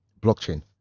blockchain